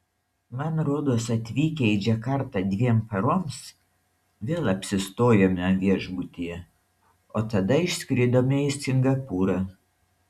man rodos atvykę į džakartą dviem paroms vėl apsistojome viešbutyje o tada išskridome į singapūrą